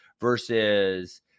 versus